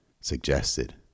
suggested